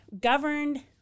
governed